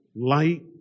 Light